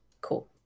Cool